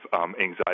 anxiety